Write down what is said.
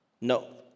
No